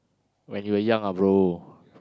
when you were young ah bro